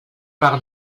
par